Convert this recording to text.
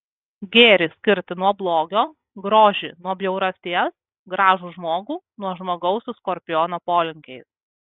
gėrį skirti nuo blogio grožį nuo bjaurasties gražų žmogų nuo žmogaus su skorpiono polinkiais